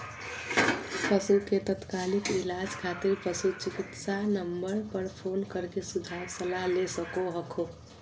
पशु के तात्कालिक इलाज खातिर पशु चिकित्सा नम्बर पर फोन कर के सुझाव सलाह ले सको हखो